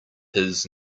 his